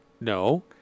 no